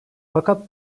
fakat